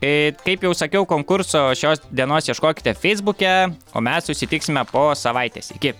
ir kaip jau sakiau konkurso šios dienos ieškokite feisbuke o mes susitiksime po savaitės iki